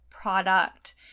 product